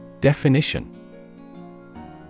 Definition